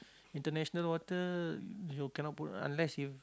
international water you know cannot put unless you